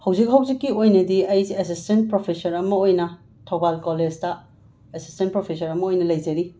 ꯍꯧꯖꯤꯛ ꯍꯧꯖꯤꯛꯀꯤ ꯑꯣꯏꯅꯗꯤ ꯑꯩꯁꯤ ꯑꯦꯁꯁꯇꯦꯟ ꯄ꯭ꯔꯣꯐꯦꯁꯔ ꯑꯃ ꯑꯣꯏꯅ ꯊꯧꯕꯥꯜ ꯀꯣꯂꯦꯁꯇ ꯑꯦꯁꯤꯁꯇꯦꯟ ꯄ꯭ꯔꯣꯐꯦꯁꯔ ꯑꯃ ꯑꯣꯏꯅ ꯂꯩꯖꯔꯤ